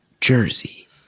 Jersey